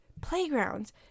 playgrounds